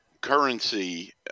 currency